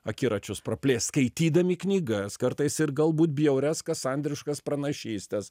akiračius praplėst skaitydami knygas kartais ir galbūt bjaurias kasandriškas pranašystes